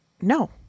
no